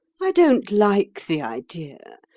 i don't like the idea,